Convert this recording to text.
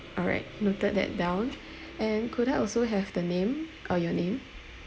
all right noted that down and could I also have the name uh your name